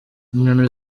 inyoni